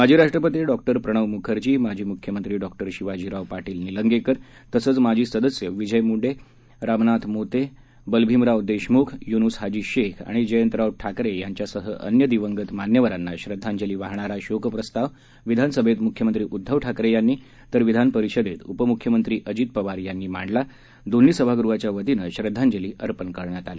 माजी राष्ट्रपती डॉ प्रणव मुखर्जी माजी मुख्यमंत्री डॉ शिवाजीराव पाटील निलंगेकर तसंच माजी सदस्य विजय मुडे रामनाथ मोते बलभीमराव देशमुख युनूस हाजी शेख आणि जयंतराव ठाकरे यांच्यासह अन्य दिवंगत मान्यवरांना श्रद्धांजली वाहणारा शोक प्रस्ताव विधानसभेत मुख्यमंत्री उद्धव ठाकरे यांनी तर विधानपरिषदेत उपमुख्यमंत्री अजित पवार यांनी मांडला आणि दोन्ही सभागृहाच्या वतीनं श्रध्दांजली अर्पण करण्यात आली